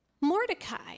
Mordecai